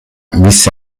visse